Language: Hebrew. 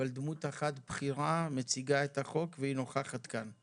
אבל דמות אחת בכירה מציגה את החוק והיא נוכחת כאן.